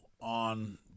on